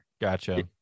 Gotcha